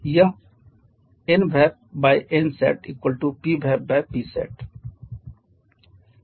आप इसे कैसे प्राप्त कर सकते हैं